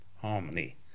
harmony